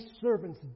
servant's